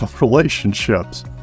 relationships